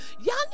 Y'all